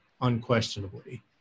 unquestionably